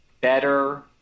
better